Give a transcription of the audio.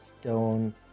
stone